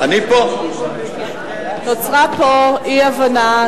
נוצרה פה אי-הבנה,